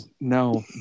No